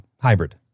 hybrid